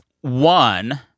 One